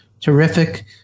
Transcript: terrific